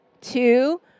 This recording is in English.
two